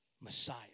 Messiah